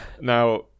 Now